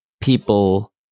people